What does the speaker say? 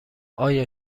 آیا